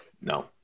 No